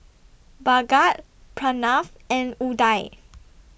Bhagat Pranav and Udai